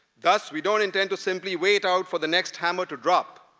thus, we don't intend to simply wait out for the next hammer to drop,